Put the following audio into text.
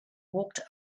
walked